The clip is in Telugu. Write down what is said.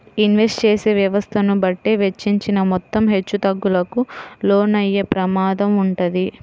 ఇన్వెస్ట్ చేసే వ్యవస్థను బట్టే వెచ్చించిన మొత్తం హెచ్చుతగ్గులకు లోనయ్యే ప్రమాదం వుంటది